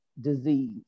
disease